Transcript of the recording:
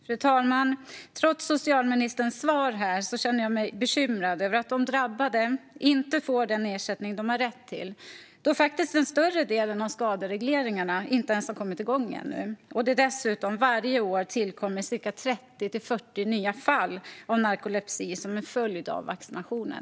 Fru talman! Trots socialministerns svar känner jag mig bekymrad över att de drabbade inte får den ersättning de har rätt till. Större delen av skaderegleringarna har faktiskt inte ens kommit igång ännu, och dessutom tillkommer varje år 30-40 nya fall av narkolepsi som en följd av vaccinationen.